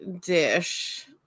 dish